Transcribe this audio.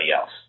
else